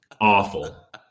awful